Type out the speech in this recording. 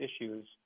issues